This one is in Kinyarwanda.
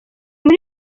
muri